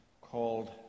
called